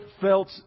felt